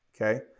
okay